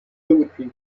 poetry